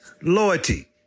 Loyalty